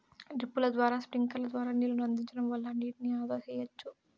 డ్రిప్పుల ద్వారా స్ప్రింక్లర్ల ద్వారా నీళ్ళను అందించడం వల్ల నీటిని ఆదా సెయ్యచ్చు